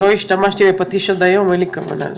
לא השתמשתי בפטיש עד היום, אין לי כוונה.